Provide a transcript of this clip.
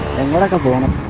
and one like of winning